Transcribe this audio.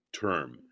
term